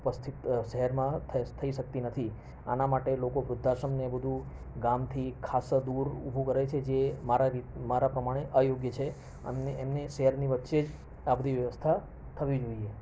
ઉપસ્થિત શહેરમાં થ થઈ શકતી નથી આના માટે એ લોકો વૃદ્ધાશ્રમ ને એ બધું ગામથી ખાસ્સા દૂર ઊભું કરે છે મારા મારા પ્રમાણે અયોગ્ય છે એમને શહેરની વચ્ચે આ બધી વ્યવસ્થા થવી જોઈએ